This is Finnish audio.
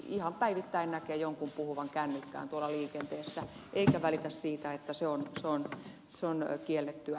ihan päivittäin näkee jonkun puhuvan kännykkään tuolla liikenteessä välittämättä siitä että se on kiellettyä